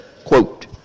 quote